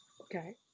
Okay